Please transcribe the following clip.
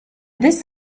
this